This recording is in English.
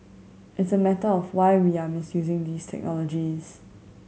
it's a matter of why we are misusing these technologies